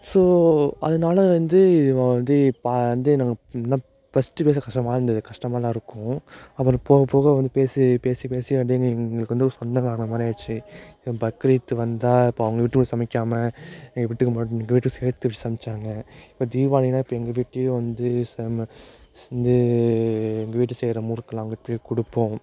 so அதனால வந்து இவன் வந்து வந்து ஃபஸ்ட்டு பேச கஷ்டமாக தான் இருந்தது கஷ்டமாக தான் இருக்கும் அப்புறம் போக போக வந்து பேசி பேசி பேசி அப்படியே எங்களுக்கு வந்து சொந்தக்காரங்க மாதிரி ஆகிடுச்சி இப்போ பக்ரீத்து வந்தால் இப்போ அவங்க வீட்டுக்கு சமைக்காமல் எங்கள் வீட்டுக்கும் எங்கள் வீட்டுக்கும் சேர்த்து சமைத்தாங்க இப்போ தீபாவளினா இப்போ எங்கள் வீட்லேயும் வந்து வந்து எங்கள் வீட்டில் செய்கிற முறுக்கெல்லாம் அங்கிட்டு போய் கொடுப்போம்